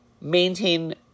maintain